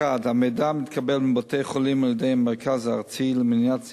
1. המידע מתקבל מבתי-החולים על-ידי המרכז הארצי למניעת זיהומים,